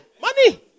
Money